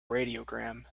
radiogram